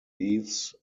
leaves